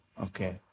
Okay